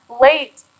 late